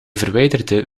verwijderde